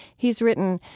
he's written,